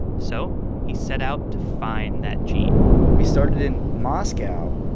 so he set out to find that gene we started in moscow,